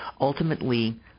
Ultimately